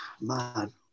Man